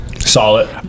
Solid